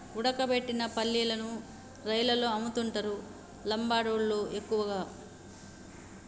ఉడకబెట్టిన పల్లీలను రైలల్ల అమ్ముతుంటరు లంబాడోళ్ళళ్లు ఎక్కువగా